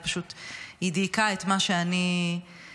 היא פשוט דייקה את מה שאני חשתי.